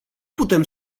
putem